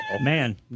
Man